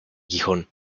gijón